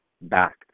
back